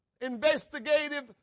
investigative